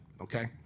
Okay